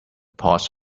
pods